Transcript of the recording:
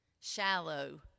shallow